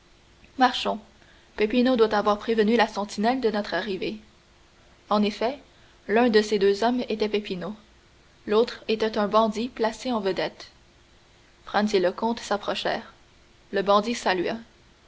marchons peppino doit avoir prévenu la sentinelle de notre arrivée en effet l'un de ces deux hommes était peppino l'autre était un bandit placé en vedette franz et le comte s'approchèrent le bandit salua